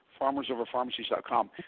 FarmersOverPharmacies.com